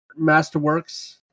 Masterworks